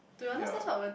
ya